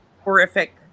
horrific